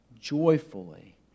joyfully